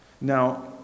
now